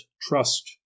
trust